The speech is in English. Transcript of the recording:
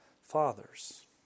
fathers